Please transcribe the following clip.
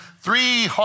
three